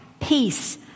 peace